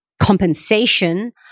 compensation